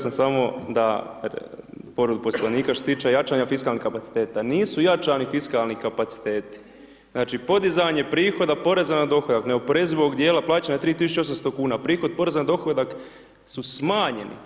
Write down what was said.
238 samo da, povredu Poslovnika, što se tiče jačanja fiskalnih kapaciteta, nisu jačani fiskalni kapaciteti, znači, podizanje prihoda, poreza na dohodak, neoporezivog dijela plaćanja 3.800,00 kn, prihod poreza na dohodak su smanjeni.